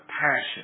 passion